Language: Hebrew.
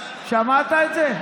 שמעת את זה?